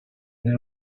che